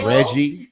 Reggie